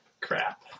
crap